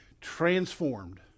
transformed